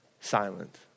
silent